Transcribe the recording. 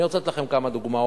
אני רוצה לתת לכם כמה דוגמאות